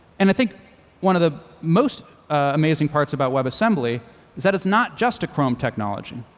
and i think one of the most amazing parts about webassembly is that it's not just a chrome technology.